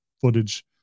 footage